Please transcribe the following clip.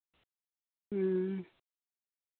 ᱦᱮᱸ